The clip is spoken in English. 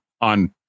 on